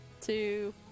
two